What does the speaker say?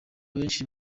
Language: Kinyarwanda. benshi